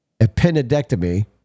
appendectomy